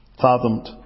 fathomed